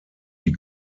die